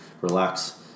relax